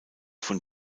von